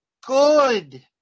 good